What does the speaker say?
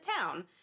town